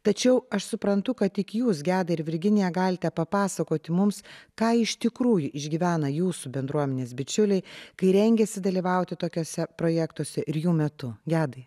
tačiau aš suprantu kad tik jūs gedai ir virginija galite papasakoti mums ką iš tikrųjų išgyvena jūsų bendruomenės bičiuliai kai rengiasi dalyvauti tokiuose projektuose ir jų metu gedai